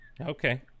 Okay